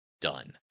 done